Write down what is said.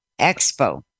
Expo